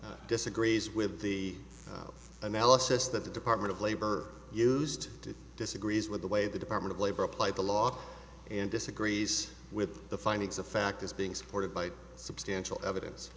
disagrees with the analysis that the department of labor used to disagrees with the way the department of labor applied the law and disagrees with the findings of fact is being supported by substantial evidence